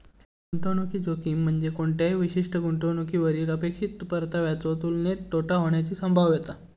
गुंतवणुकीची जोखीम म्हणजे कोणत्याही विशिष्ट गुंतवणुकीवरली अपेक्षित परताव्याच्यो तुलनेत तोटा होण्याची संभाव्यता